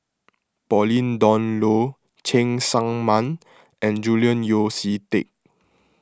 Pauline Dawn Loh Cheng Tsang Man and Julian Yeo See Teck